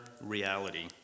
reality